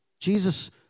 Jesus